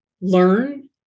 learn